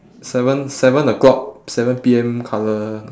seven seven o'clock seven P_M colour